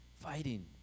Fighting